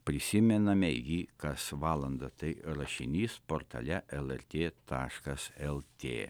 prisimename jį kas valandą tai rašinys portale lrt taškas lt